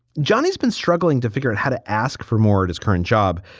johnny has been struggling to figure out how to ask for more in his current job,